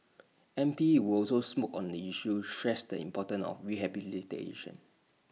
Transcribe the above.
M P who also smoke on the issue stressed the importance of rehabilitation